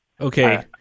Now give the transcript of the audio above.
Okay